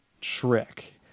trick